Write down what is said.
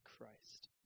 Christ